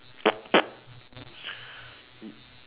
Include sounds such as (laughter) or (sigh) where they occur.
(noise)